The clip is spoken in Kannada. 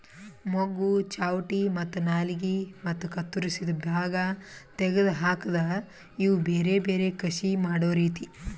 ಮೊಗ್ಗು, ಚಾವಟಿ ಮತ್ತ ನಾಲಿಗೆ ಮತ್ತ ಕತ್ತುರಸಿದ್ ಭಾಗ ತೆಗೆದ್ ಹಾಕದ್ ಇವು ಬೇರೆ ಬೇರೆ ಕಸಿ ಮಾಡೋ ರೀತಿ